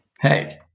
Hey